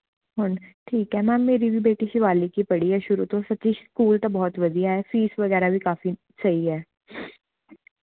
ਹੁਣ ਠੀਕ ਹੈ ਮੈਮ ਮੇਰੀ ਵੀ ਬੇਟੀ ਸ਼ਿਵਾਲਿਕ 'ਚ ਹੀ ਪੜ੍ਹੀ ਹੈ ਸ਼ੁਰੂ ਤੋਂ ਸੱਚੀ ਸਕੂਲ ਤਾਂ ਬਹੁਤ ਵਧੀਆ ਹੈ ਫ਼ੀਸ ਵਗੈਰਾ ਵੀ ਕਾਫ਼ੀ ਸਹੀ ਹੈ